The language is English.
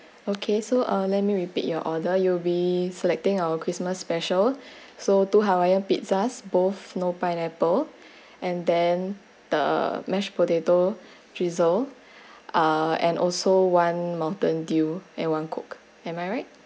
okay so uh let me repeat your order you'll be selecting our christmas special so two hawaiian pizzas both no pineapple and then the mashed potato drizzle ah and also one mountain dew and one coke am I right